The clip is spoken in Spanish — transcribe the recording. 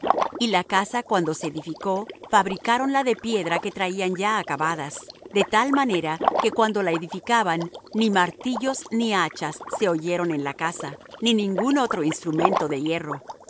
y la casa cuando se edificó fabricáronla de piedras que traían ya acabadas de tal manera que cuando la edificaban ni martillos ni hachas se oyeron en la casa ni ningún otro instrumento de hierro